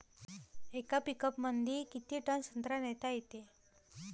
येका पिकअपमंदी किती टन संत्रा नेता येते?